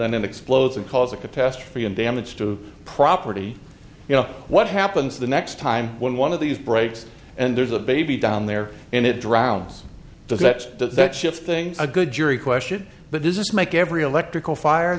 then it explodes and cause a catastrophe and damage to property you know what happens the next time when one of these breaks and there's a baby down there and it drowns does that does that shift things a good jury question but this is make every electrical fire